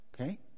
okay